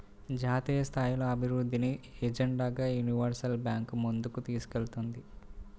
జాతీయస్థాయిలో అభివృద్ధిని ఎజెండాగా యూనివర్సల్ బ్యాంకు ముందుకు తీసుకెళ్తుంది